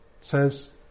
says